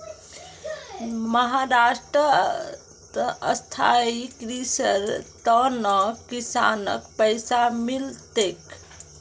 महाराष्ट्रत स्थायी कृषिर त न किसानक पैसा मिल तेक